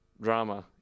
drama